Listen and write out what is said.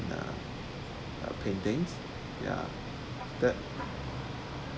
uh uh paintings ya that